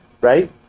right